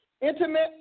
intimate